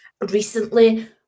recently